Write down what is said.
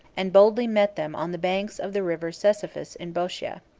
and boldly met them on the banks of the river cephisus in botia.